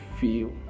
feel